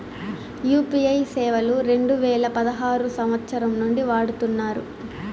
UPI సేవలు రెండు వేల పదహారు సంవచ్చరం నుండి వాడుతున్నారు